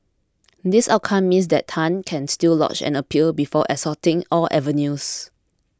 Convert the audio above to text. this outcome means that Tan can still lodge an appeal before exhausting all avenues